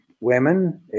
women